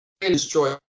destroy